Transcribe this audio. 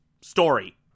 story